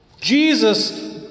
Jesus